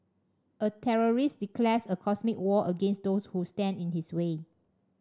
a terrorist declares a cosmic war against those who stand in his way